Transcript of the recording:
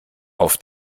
auf